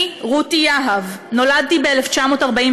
אני רותי יהב, נולדתי ב-1947.